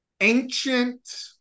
ancient